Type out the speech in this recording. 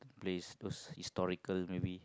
place those historical maybe